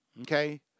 Okay